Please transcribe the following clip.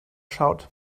schaut